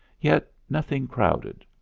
yet nothing crowded.